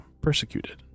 persecuted